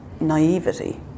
naivety